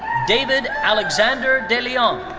david alexander de leon.